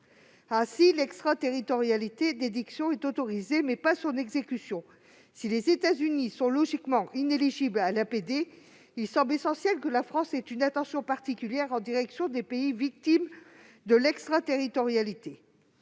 seule l'extraterritorialité d'édiction est autorisée, mais pas son exécution. Si les États-Unis sont logiquement inéligibles à l'APD, il semble essentiel que la France porte une attention particulière aux pays victimes de l'extraterritorialité.